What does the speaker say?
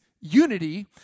unity